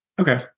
Okay